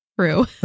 True